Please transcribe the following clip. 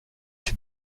did